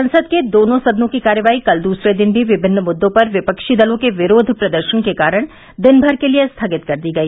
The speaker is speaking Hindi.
संसद के दोनों सदनों की कार्यवाही कल दूसरे दिन भी विभिन्न मुद्दों पर विपक्षी दलों के विरोध प्रदर्शन के कारण दिनमर के लिए स्थगित कर दी गई